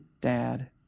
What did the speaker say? dad